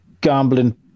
gambling